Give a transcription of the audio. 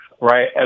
Right